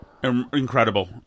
Incredible